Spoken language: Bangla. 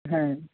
হ্যাঁ